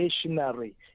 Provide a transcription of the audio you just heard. stationary